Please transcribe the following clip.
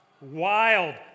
wild